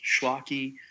schlocky